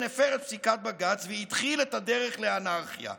הפר את פסיקת בג"ץ והתחיל את הדרך לאנרכיה.